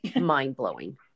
mind-blowing